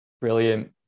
brilliant